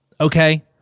okay